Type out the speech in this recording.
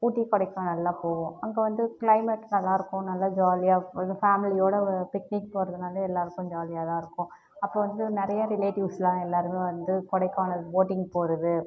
ஊட்டி கொடைக்கானலெலாம் போவோம் அங்கே வந்து க்ளைமெட் நல்லாயிருக்கும் நல்ல ஜாலியாக இது ஃபேமிலியோடு வ பிக்னிக் போறதுனாலே எல்லோருக்கும் ஜாலியாகதான் இருக்கும் அப்புறம் வந்து நிறைய ரிலேட்டிவ்ஸ்லாம் எல்லோருமே வந்து கொடைக்கானல் போட்டிங் போவது